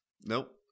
Nope